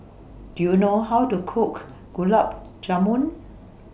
Do YOU know How to Cook Gulab Jamun